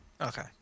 Okay